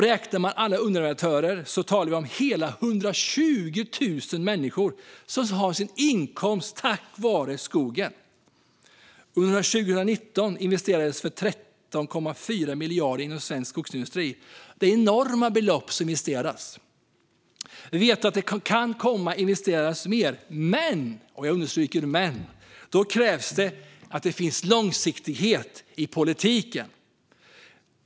Räknar vi med alla underleverantörer så talar vi om hela 120 000 människor som har sin inkomst tack vare skogen. Under 2019 investerades 13,4 miljarder i svensk skogsindustri. Det är enorma belopp. Vi vet att det kan komma att investeras mer, men då krävs det att det finns långsiktighet i politiken.